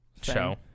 show